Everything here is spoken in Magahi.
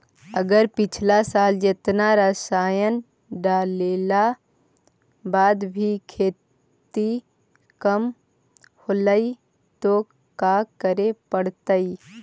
अगर पिछला साल जेतना रासायन डालेला बाद भी खेती कम होलइ तो का करे पड़तई?